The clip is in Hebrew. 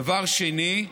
דבר שני,